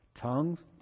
Tongues